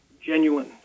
genuine